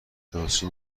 شانسی